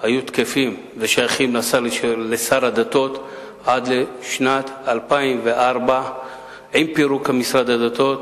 היו תקפים ושייכים לשר הדתות עד לשנת 2004. עם פירוק משרד הדתות